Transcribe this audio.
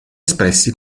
espressi